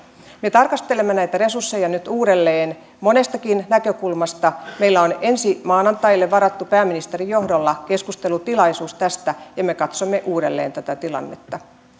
me tarkastelemme näitä resursseja nyt uudelleen monestakin näkökulmasta meillä on ensi maanantaille varattu pääministerin johdolla keskustelutilaisuus tästä ja me katsomme uudelleen tätä tilannetta